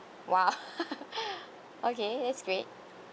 !wah! okay that's great